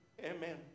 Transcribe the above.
amen